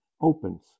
opens